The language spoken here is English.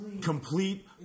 complete